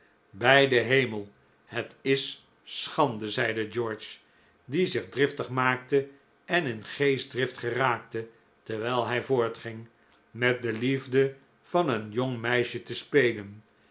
bij den hemel het is schande zeide george die zich driftig maakte en in geestdrift geraakte terwijl hij voortging met de liefde van een jong meisje te spelen